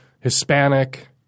Hispanic